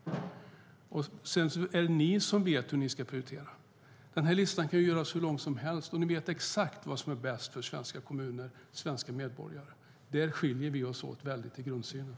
Ni vet hur ni ska prioritera. Listan kan göras hur lång som helst, och ni vet exakt vad som är bäst för svenska kommuner och medborgare. Här skiljer vi oss mycket åt i grundsynen.